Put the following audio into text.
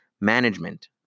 management